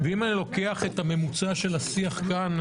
ואם אני לוקח את הממוצע של השיח כאן,